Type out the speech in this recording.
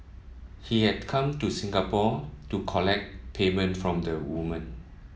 he had come to Singapore to collect payment from the woman